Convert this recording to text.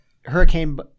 hurricane